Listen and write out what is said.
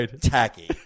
Tacky